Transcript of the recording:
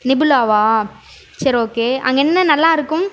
நிபுலாவா சரி ஓகே அங்கே என்ன நல்லாயிருக்கும்